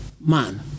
man